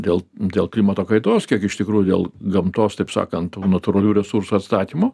dėl dėl klimato kaitos kiek iš tikrųjų dėl gamtos taip sakant tų natūralių resursų atstatymo